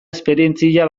esperientzia